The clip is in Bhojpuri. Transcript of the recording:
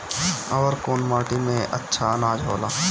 अवर कौन माटी मे अच्छा आनाज होला?